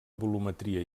volumetria